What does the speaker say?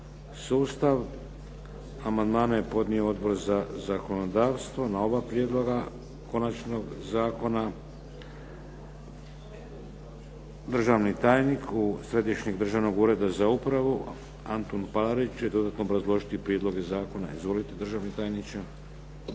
sustav. Amandmane je podnio Odbor za zakonodavstvo na oba prijedloga konačnog zakona. Državni tajnik, Središnjeg državnog Ureda za upravu, Antun Palarić će dodatno obrazložiti prijedloge zakona. Izvolite državni tajniče.